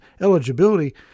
eligibility